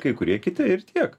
kai kurie kiti ir tiek